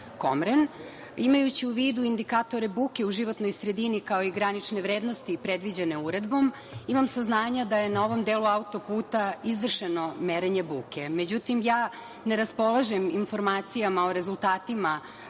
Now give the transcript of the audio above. Komren. Imajući u vidu indikatore buke u životnoj sredini kao i granične vrednosti predviđene uredbom, imam saznanja da je na ovom delu auto-puta izvršeno merenje buke. Međutim, ja ne raspolažem informacijama o rezultatima